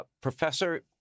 Professor